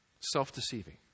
Self-deceiving